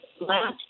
last